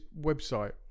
website